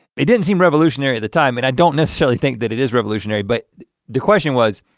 it didn't seem revolutionary at the time, and i don't necessarily think that it is revolutionary, but the question was,